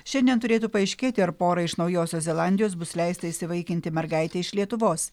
šiandien turėtų paaiškėti ar porai iš naujosios zelandijos bus leista įsivaikinti mergaitę iš lietuvos